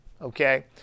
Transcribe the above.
okay